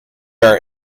are